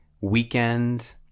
weekend